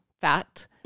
fat